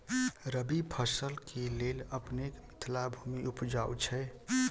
रबी फसल केँ लेल अपनेक मिथिला भूमि उपजाउ छै